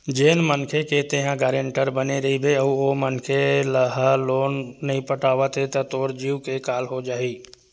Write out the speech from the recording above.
जेन मनखे के तेंहा गारेंटर बने रहिबे अउ ओ मनखे ह लोन नइ पटावत हे त तोर जींव के काल हो जाही